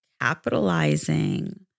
capitalizing